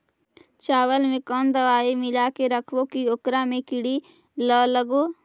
चावल में कोन दबाइ मिला के रखबै कि ओकरा में किड़ी ल लगे?